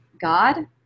God